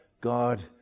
God